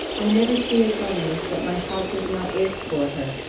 i never see a governess that my heart does not ache for her.